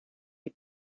dem